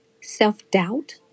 self-doubt